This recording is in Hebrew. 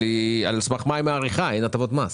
על סמך מה היא מאריכה אם אין הטבות מס?